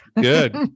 Good